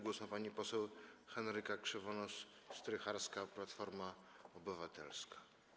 Głos ma pani poseł Henryka Krzywonos-Strycharska, Platforma Obywatelska.